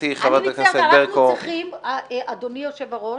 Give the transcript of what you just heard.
אדוני היושב-ראש,